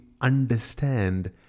understand